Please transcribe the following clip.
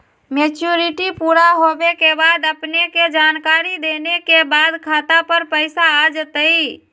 Maturity पुरा होवे के बाद अपने के जानकारी देने के बाद खाता पर पैसा आ जतई?